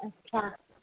अच्छा